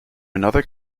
another